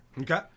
Okay